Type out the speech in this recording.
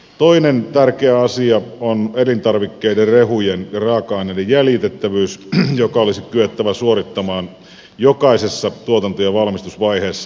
toinen tärkeä asia on elintarvikkeiden rehujen ja raaka aineiden jäljitettävyys joka olisi kyettävä suorittamaan jokaisessa tuotanto ja valmistusvaiheessa